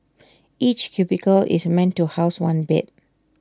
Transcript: each cubicle is meant to house one bed